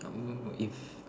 if